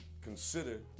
Consider